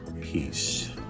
peace